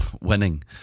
winning